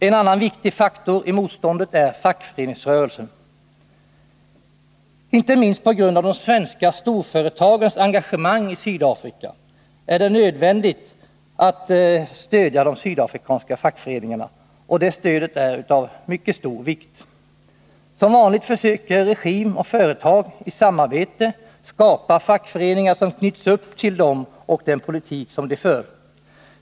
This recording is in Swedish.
En annan viktig faktor i motståndet är fackföreningsrörelsen. Inte minst på grund av de svenska storföretagens engagemang i Sydafrika är det nödvändigt att stödja de sydafrikanska fackföreningarna, och det stödet är av största vikt. Som vanligt försöker regim och företag i samarbete skapa fackföreningar som knyts upp till dem och den politik de för.